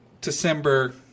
December